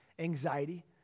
Anxiety